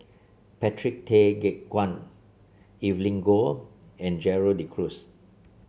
Patrick Tay Teck Guan Evelyn Goh and Gerald De Cruz